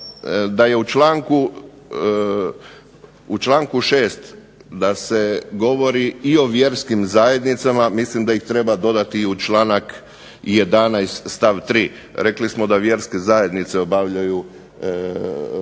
da je u članku 6. da se govori i o vjerskim zajednicama mislim da ih treba dodati i u članak 11. stavak 3. Rekli smo da vjerske zajednice obavljaju poslove